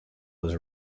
was